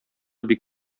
бик